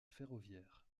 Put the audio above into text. ferroviaire